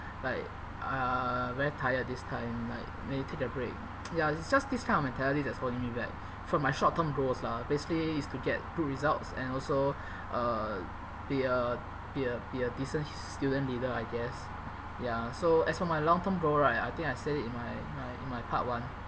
like uh very tired this time like let me take a break ya it's just this kind of mentality that's holding me back from my short term goals lah basically it's to get good results and also uh be a be a be a decent h~ student leader I guess ya so as for my long term goal right I think I said it in my in my in my part one